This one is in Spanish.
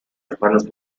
hermanos